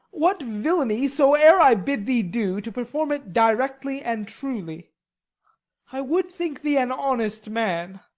what villainy soe'er i bid thee do, to perform it directly and truly i would think thee an honest man